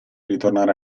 ritornare